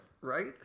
Right